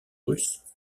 russe